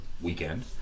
weekend